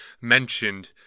mentioned